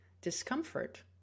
discomfort